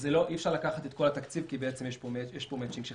אי אפשר לקחת את כל התקציב כי יש פה מצ'ינג שחסר.